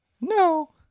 No